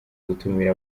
gutumira